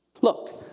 look